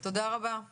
זה דבר אחד.